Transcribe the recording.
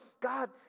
God